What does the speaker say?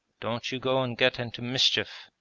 don't you go and get into mischief.